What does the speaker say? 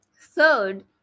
Third